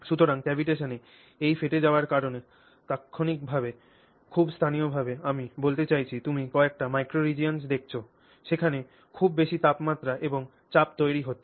সুতরাং cavitation এ এই ফেটে যাওয়ার কারণে তাৎক্ষণিকভাবে খুব স্থানীয়ভাবে আমি বলতে চাইছি তুমি কয়েকটি micro regions দেখছ সেখানে খুব বেশি তাপমাত্রা এবং চাপ তৈরি হচ্ছে